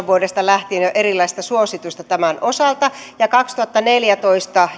vuodesta kaksituhattaseitsemän lähtien erilaista suositusta tämän osalta ja kaksituhattaneljätoista